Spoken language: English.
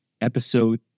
episode